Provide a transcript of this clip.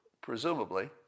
presumably